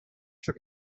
took